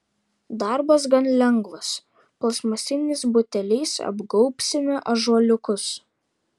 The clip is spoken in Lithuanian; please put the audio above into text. darbas gan lengvas plastmasiniais buteliais apgaubsime ąžuoliukus